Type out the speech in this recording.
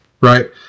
Right